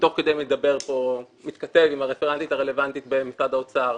תוך כדי אני מתכתב עם הרפרנטית הרלוונטית במשרד האוצר,